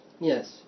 Yes